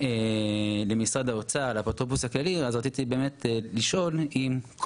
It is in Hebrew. אז רציתי באמת לשאול אם קודם כל מתבצע הניכוי הזה חזרה לאוצר המדינה,